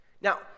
Now